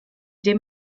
dem